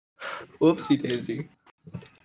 Whoopsie-daisy